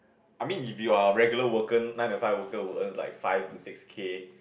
I mean if you are regular worker nine to five worker would earn like five to six K